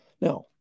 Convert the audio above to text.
Now